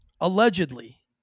allegedly